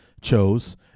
chose